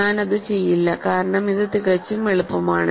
ഞാൻ അത് ചെയ്യില്ല കാരണം ഇത് തികച്ചും എളുപ്പമാണ്